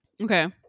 Okay